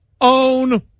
own